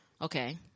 okay